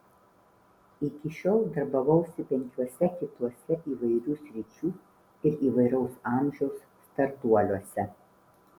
iki šiol darbavausi penkiuose kituose įvairių sričių ir įvairaus amžiaus startuoliuose